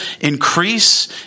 increase